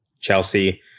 Chelsea